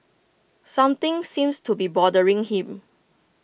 something seems to be bothering him